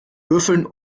würfeln